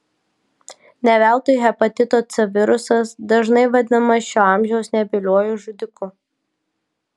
ne veltui hepatito c virusas dažnai vadinamas šio amžiaus nebyliuoju žudiku